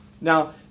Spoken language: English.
Now